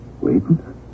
Waiting